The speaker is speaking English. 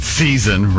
season